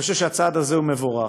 אני חושב שהצעד הזה הוא מבורך.